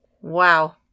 Wow